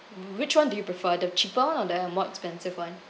which one do you prefer the cheaper one or the more expensive one